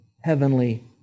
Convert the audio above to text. heavenly